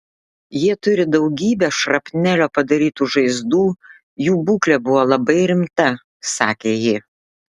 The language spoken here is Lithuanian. jie turi daugybę šrapnelio padarytų žaizdų jų būklė buvo labai rimta sakė ji